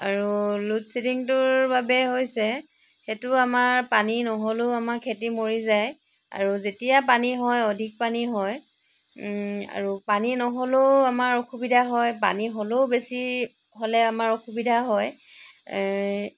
আৰু লোডশ্বেডিঙটোৰ বাবে হৈছে সেইটো আমাৰ পানী নহ'লেও আমাৰ খেতি মৰি যায় আৰু যেতিয়া পানী হৈ অধিক পানী হয় আৰু পানী নহ'লেও আমাৰ অসুবিধা হয় পানী হ'লেও বেছি হ'লে আমাৰ অসুবিধা হয়